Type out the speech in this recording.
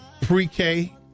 pre-K